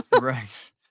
Right